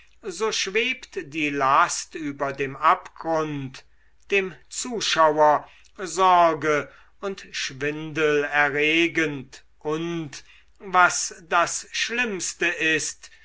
so schwebt die last über dem abgrund dem zuschauer sorge und schwindel erregend und was das schlimmste ist